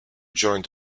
joint